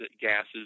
gases